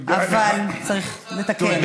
אבל צריך לתקן.